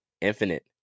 Infinite